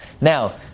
Now